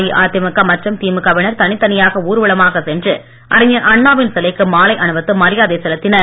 அஇஅதிமுக மற்றும் திமுகவினர் தனித்தனியாக ஊர்வலமாக சென்று அறிஞர் அண்ணாவின் சிலைக்கு மாலை அணிவித்து மரியாதை செலுத்தினர்